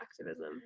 activism